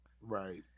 right